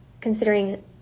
considering